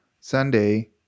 Sunday